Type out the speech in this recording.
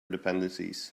dependencies